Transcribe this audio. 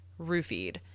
roofied